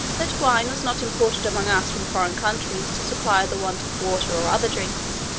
that wine was not imported among us from foreign countries to supply the want of water or other drinks,